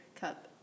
cup